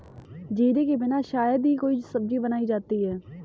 जीरे के बिना शायद ही कोई सब्जी बनाई जाती है